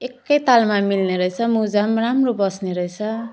एकैतालमा मिल्ने रहेछ मुजा नि राम्रो बस्ने रहेछ